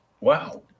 wow